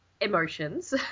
emotions